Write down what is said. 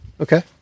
Okay